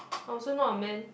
I also not a man